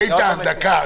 דקה,